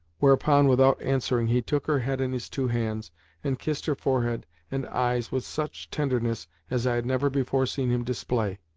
whereupon, without answering, he took her head in his two hands, and kissed her forehead and eyes with such tenderness as i had never before seen him display.